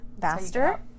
faster